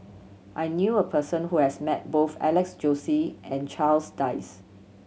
I knew a person who has met both Alex Josey and Charles Dyce